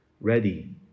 ready